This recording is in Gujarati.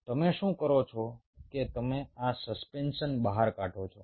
તમે શું કરો છો કે તમે આ સસ્પેન્શન બહાર કાઢો છો